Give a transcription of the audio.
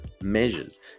measures